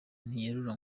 ntiyerura